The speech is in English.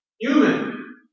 human